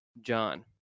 John